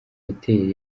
hoteli